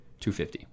250